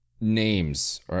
names